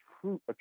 true